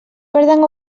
perden